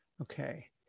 okay